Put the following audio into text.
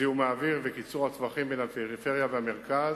זיהום האוויר וקיצור הטווחים בין הפריפריה למרכז,